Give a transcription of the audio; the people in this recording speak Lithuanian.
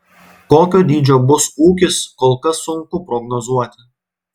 kokio dydžio bus ūkis kol kas sunku prognozuoti